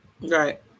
Right